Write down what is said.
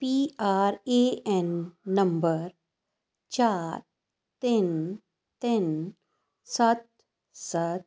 P R A N ਨੰਬਰ ਚਾਰ ਤਿੰਨ ਤਿੰਨ ਸੱਤ ਸੱਤ